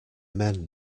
men